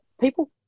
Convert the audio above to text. People